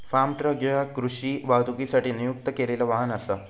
form truck ह्या कृषी वाहतुकीसाठी नियुक्त केलेला वाहन असा